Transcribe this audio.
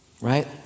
Right